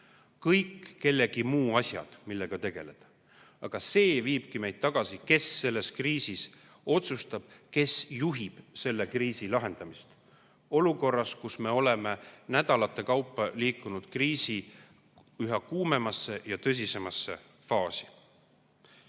Kõik kellegi muu asjad, millega peaks tegelema. See viibki meid tagasi selleni, kes selles kriisis otsustab, kes juhib selle kriisi lahendamist olukorras, kus me oleme nädalate kaupa liikunud kriisi üha kuumemasse ja tõsisemasse faasi.